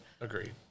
Agreed